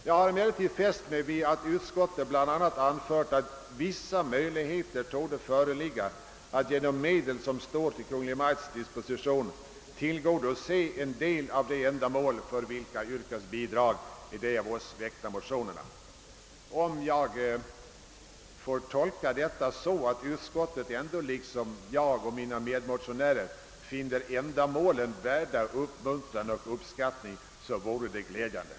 Jag har fäst mig vid att utskottet bl.a. skriver att »vissa möjligheter torde föreligga att genom medel som står till Kungl. Maj:ts disposition tillgodose en del av de ändamål för vilka yrkas bidrag i motionerna ———». Om jag får tolka den skrivningen så att utskottet ändå liksom mina medmotionärer och jag finner ändamålen värda uppmuntran och uppskattning, så skulle det vara glädjande.